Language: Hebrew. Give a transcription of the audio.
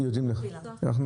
צוהריים טובים.